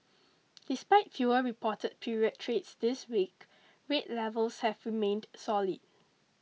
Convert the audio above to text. despite fewer reported period trades this week rate levels have remained solid